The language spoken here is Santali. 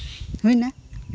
ᱦᱩᱭᱮᱱᱟ